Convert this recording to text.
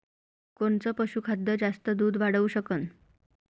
कोनचं पशुखाद्य जास्त दुध वाढवू शकन?